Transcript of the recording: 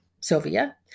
Sylvia